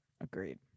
agreed